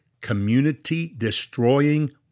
community-destroying